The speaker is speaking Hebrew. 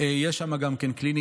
יש שם קליניקה,